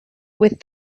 with